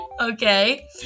Okay